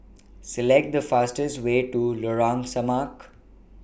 Select The fastest Way to Lorong Samak